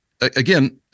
again